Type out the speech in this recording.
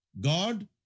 God